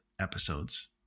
episodes